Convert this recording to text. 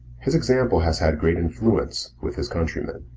his example has had great influence with his countrymen.